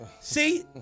see